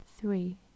three